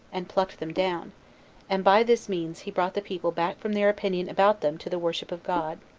and plucked them down and by this means he brought the people back from their opinion about them to the worship of god.